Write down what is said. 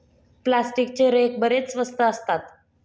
प्लास्टिकचे रेक बरेच स्वस्त असतात